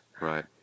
Right